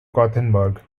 gothenburg